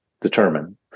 determine